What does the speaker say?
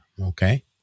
okay